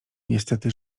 niestety